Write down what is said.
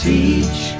Teach